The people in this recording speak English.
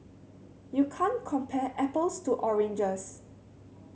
you can't compare apples to oranges